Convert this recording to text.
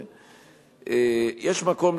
יש מקום,